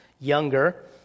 younger